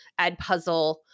Edpuzzle